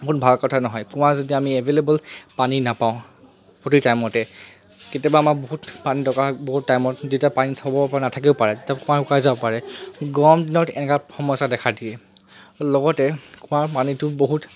বহুত ভাল কথা নহয় কুঁৱা যদি আমি এভে'লেবল পানী নাপাও গোটেই টাইমতে কেতিয়াবা আমাৰ বহুত পানী দৰকাৰ হয় বহুত টাইমত যেতিয়া পানী থব পৰা নাথাকিব পাৰে কুঁৱা শুকাই যাব পাৰে গৰম দিনত এনেকুৱা সমস্যা দেখা দিয়ে লগতে কুঁৱা পানীটো বহুত